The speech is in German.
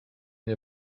der